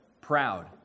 proud